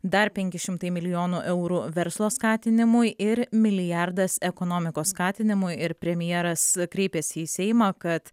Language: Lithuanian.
dar penki šimtai milijonų eurų verslo skatinimui ir milijardas ekonomikos skatinimui ir premjeras kreipėsi į seimą kad